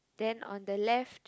then on the left